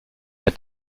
der